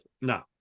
no